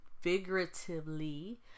figuratively